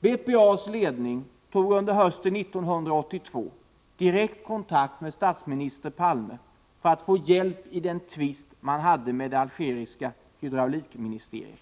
BPA:s ledning tog under hösten 1982 direkt kontakt med statsminister Palme för att få hjälp i den tvist som man hade med det algeriska hydraulikministeriet.